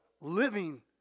living